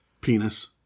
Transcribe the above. Penis